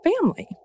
family